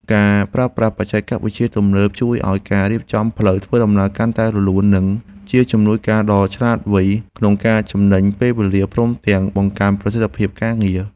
ការប្រើប្រាស់បច្ចេកវិទ្យាទំនើបជួយឱ្យការរៀបចំផ្លូវធ្វើដំណើរកាន់តែរលូន និង ជាជំនួយការដ៏ឆ្លាតវៃក្នុងការចំណេញពេលវេលាព្រមទាំងបង្កើនប្រសិទ្ធភាពការងារ។